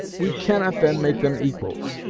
we cannot then make them equals.